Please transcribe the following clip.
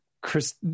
Chris